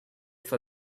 for